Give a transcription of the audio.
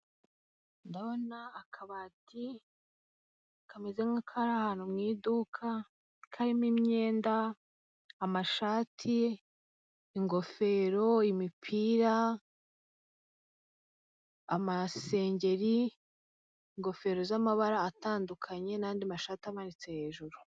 Ndabona akabati kameze nk'akari ahantu mu iduka, karimo imyenda, amashati, ingofero, imipira, amasengeri, ingofero z'amabara atandukanye n'andi mashati amanitse hejuru.